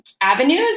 avenues